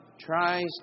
tries